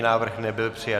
Návrh nebyl přijat.